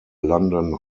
london